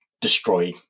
destroy